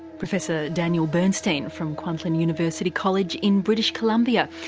professor daniel bernstein from kwantlen university college in british columbia.